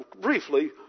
briefly